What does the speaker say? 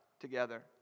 together